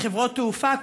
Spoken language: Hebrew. מחברות תעופה,